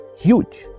huge